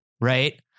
Right